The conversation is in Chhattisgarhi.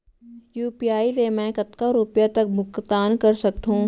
यू.पी.आई ले मैं कतका रुपिया तक भुगतान कर सकथों